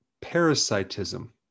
parasitism